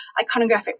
iconographic